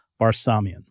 Barsamian